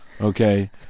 Okay